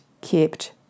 kept